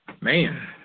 Man